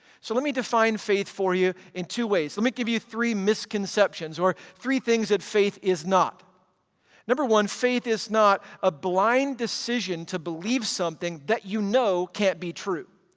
so let me define faith for you in two ways. let me give you three misconceptions or three things that faith is not number one, faith is not a blind decision to believe something that you know can't be true.